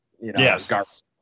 Yes